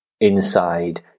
inside